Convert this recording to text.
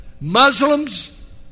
Muslims